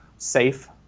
Safe